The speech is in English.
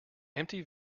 empty